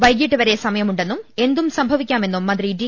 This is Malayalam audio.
വൈകീട്ട് വരെ സമ യമുണ്ടെന്നും എന്തും സംഭവിക്കാമെന്നും മന്ത്രി ഡി